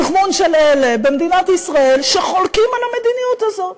תכמון של אלה במדינת ישראל שחולקים על המדיניות הזאת,